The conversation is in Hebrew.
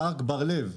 פארק בר לב.